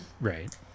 right